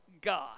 God